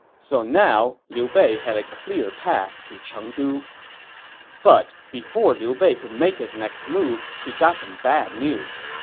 so now, liu bei had a clear path to chengdu but before liu bei could make his next move, he got some bad news.